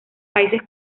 países